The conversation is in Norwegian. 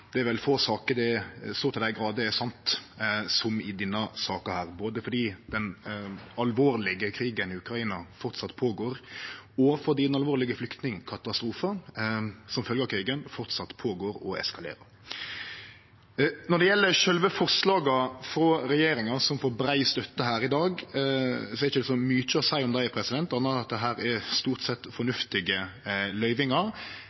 det er vel få saker det i slik grad er sant som i denne saka – både fordi den alvorlege krigen i Ukraina framleis går føre seg, og fordi den alvorlege flyktningkatastrofen som følgje av krigen, framleis går føre seg og eskalerer. Når det gjeld sjølve forslaga frå regjeringa, som får brei støtte her i dag, er det ikkje så mykje å seie om dei anna enn at det stort sett er fornuftige løyvingar